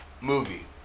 movie